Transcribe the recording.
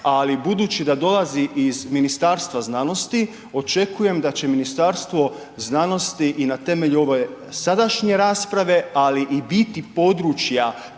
ali budući da dolazi iz Ministarstva znanosti očekujem da će Ministarstvo znanosti i na temelju ove sadašnje rasprave, ali i bit područja